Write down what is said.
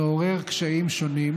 מעורר קשיים שונים,